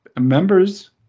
members